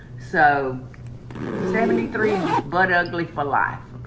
so seventy three and just butt ugly for life.